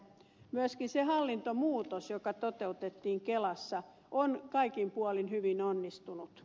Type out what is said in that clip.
myöskin se hallintomuutos joka toteutettiin kelassa on kaikin puolin hyvin onnistunut